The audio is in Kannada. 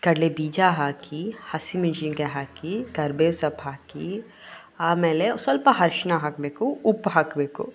ಕಡಲೆ ಬೀಜ ಹಾಕಿ ಹಸಿಮೆಣ್ಶಿನ್ಕಾಯಿ ಹಾಕಿ ಕರ್ಬೇವು ಸೊಪ್ಪು ಹಾಕಿ ಆಮೇಲೆ ಒಂದು ಸ್ವಲ್ಪ ಅರ್ಶಿಣ ಹಾಕಬೇಕು ಉಪ್ಪು ಹಾಕಬೇಕು